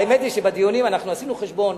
האמת היא שבדיונים אנחנו עשינו חשבון.